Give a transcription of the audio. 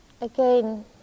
Again